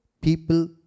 people